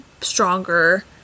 stronger